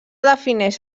defineix